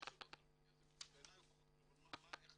תסביר רגע את החישוב הכלכלי הזה.